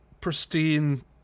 pristine